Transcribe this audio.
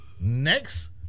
Next